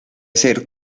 ser